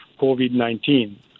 COVID-19